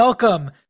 Welcome